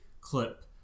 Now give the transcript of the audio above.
clip